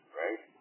right